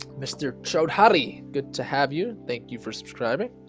mr. showed howdy good to have you. thank you for subscribing